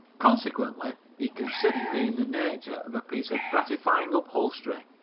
consequently he considered me in the nature of a piece of gratifying upholstery.